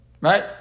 Right